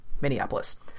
Minneapolis